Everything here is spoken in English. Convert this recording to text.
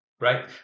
right